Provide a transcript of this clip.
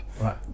Right